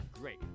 great